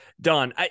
done